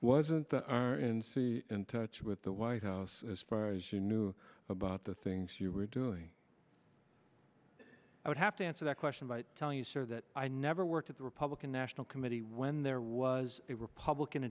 wasn't that are in c in touch with the white house as far as you knew about the things you were doing i would have to answer that question by telling you sir that i never worked at the in national committee when there was a republican